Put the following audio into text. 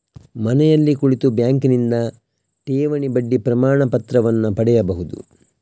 ಮನೆಯಲ್ಲಿ ಕುಳಿತು ಬ್ಯಾಂಕಿನಿಂದ ಠೇವಣಿ ಬಡ್ಡಿ ಪ್ರಮಾಣಪತ್ರವನ್ನು ಪಡೆಯಬಹುದು